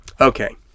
Okay